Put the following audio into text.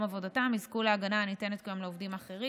עבודתם יזכו להגנה הניתנת כיום לעובדים אחרים.